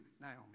Naomi